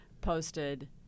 posted